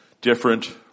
different